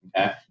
Okay